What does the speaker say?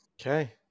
Okay